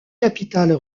capitales